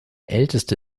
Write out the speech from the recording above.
älteste